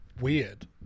weird